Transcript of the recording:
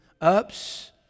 Ups